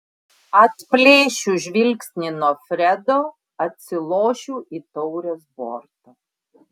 atplėšiu žvilgsnį nuo fredo atsilošiu į taurės bortą